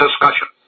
discussion